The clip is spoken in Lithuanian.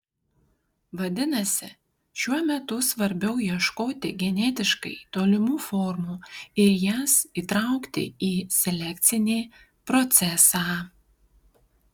vadinasi šiuo metu svarbiau ieškoti genetiškai tolimų formų ir jas įtraukti į selekcinį procesą